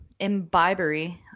imbibery